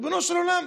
ריבונו של עולם,